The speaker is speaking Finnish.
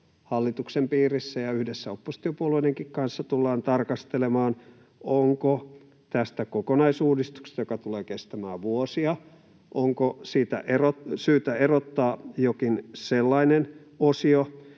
hallituksen piirissä ja yhdessä oppositiopuolueidenkin kanssa tullaan tarkastelemaan, onko tästä kokonaisuudistuksesta, joka tulee kestämään vuosia, syytä erottaa jokin sellainen osio,